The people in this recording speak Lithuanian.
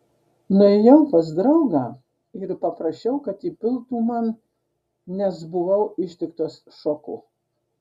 nuėjau pas draugą ir paprašiau kad įpiltų man nes buvau ištiktas šoko